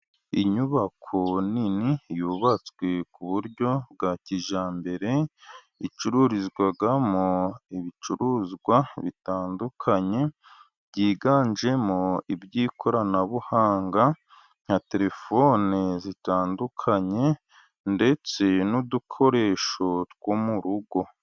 Inyubako nini yubatswe ku buryo bwa kijyambere icururizwamo ibicuruzwa bitandukanye ,byiganjemo iby'ikoranabuhanga na telefoni zitandukanye, ndetse n'udukoresho two mu rugo.